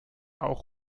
auch